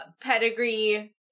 Pedigree